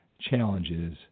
challenges